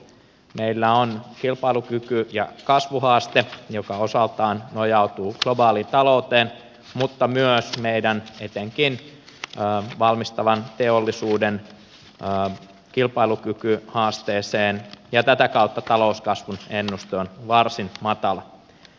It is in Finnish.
meillä on kilpailukyky ja kasvuhaaste joka osaltaan nojautuu globaalitalouteen mutta myös meidän etenkin valmistavan teollisuuden kilpailukykyhaasteeseen ja tätä kautta talouskasvun ennuste on varsin matala